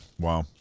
Wow